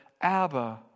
abba